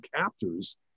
captors